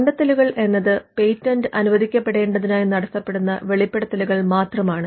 കണ്ടെത്തലുകൾ എന്നത് പേറ്റന്റ് അനുവദിക്കപ്പെടേണ്ടതിനായി നടത്തപ്പെടുന്ന വെളിപ്പെടുത്തലുകൾ മാത്രമാണ്